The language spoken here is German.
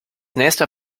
nächster